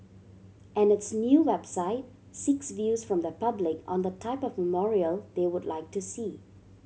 and its new website seeks views from the public on the type of memorial they would like to see